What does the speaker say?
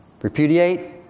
Repudiate